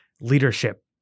leadership